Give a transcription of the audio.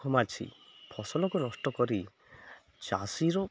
ମାଛି ଫସଲକୁ ନଷ୍ଟ କରି ଚାଷୀର